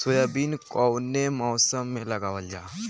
Soybean कौने मौसम में लगावल जा?